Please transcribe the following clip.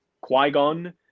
Qui-Gon